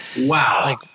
Wow